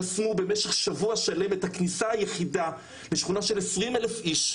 חסמו במשך שבוע שלם את הכניסה היחידה לשכונה של 20 אלף איש.